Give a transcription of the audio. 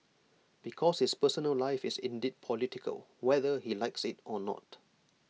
because his personal life is indeed political whether he likes IT or not